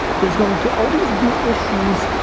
there's going to always be issues,